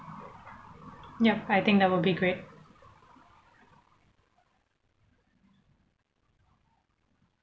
yup I think that will be great